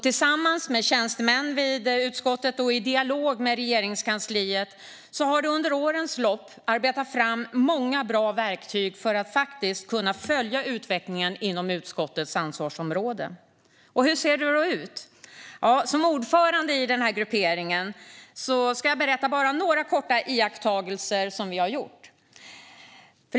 Tillsammans med tjänstemän vid utskottet och i dialog med Regeringskansliet har det under årens lopp arbetats fram många bra verktyg för att man ska kunna följa utvecklingen inom utskottets ansvarsområde. Hur ser det då ut? Som ordförande för gruppen ska jag berätta om några små iakttagelser som vi har gjort.